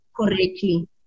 correctly